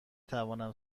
توانم